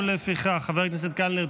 ולפיכך חבר הכנסת קלנר,